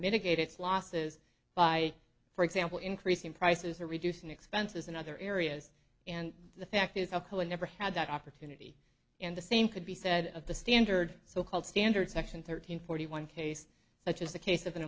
mitigate its losses by for example increasing prices or reducing expenses in other areas and the fact is alcoa never had that opportunity and the same could be said of the standard so called standard section thirteen forty one case such as the case of an